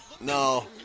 No